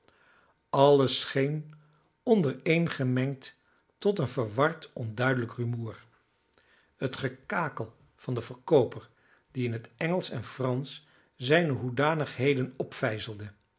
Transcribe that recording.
alles scheen ondereengemengd tot een verward onduidelijk rumoer het gekakel van den verkooper die in het engelsch en fransch zijne hoedanigheden opvijzelde